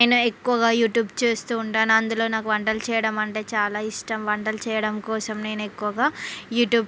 నేను ఎక్కువగా యూట్యూబ్ చేస్తూ ఉంటాను అందులో నాకు వంటలు చేయడం అంటే చాలా ఇష్టం వంటలు చేయడం కోసం నేను ఎక్కువగా యూట్యూబ్